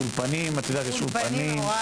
אנחנו מניחים שזה בישורת האחרונה.